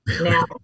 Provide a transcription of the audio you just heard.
Now